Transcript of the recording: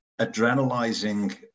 adrenalizing